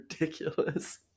ridiculous